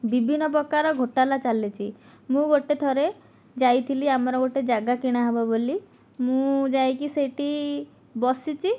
ବିଭିନ୍ନ ପ୍ରକାର ଘୋଟାଲା ଚାଲିଛି ମୁଁ ଗୋଟିଏ ଥରେ ଯାଇଥିଲି ଆମର ଗୋଟିଏ ଜାଗା କିଣା ହେବ ବୋଲି ମୁଁ ଯାଇକି ସେଠି ବସିଛି